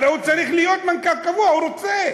הרי הוא צריך להיות מנכ"ל קבוע, הוא רוצה.